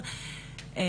שפונות אלינו,